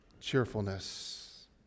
cheerfulness